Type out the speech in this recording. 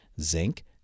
zinc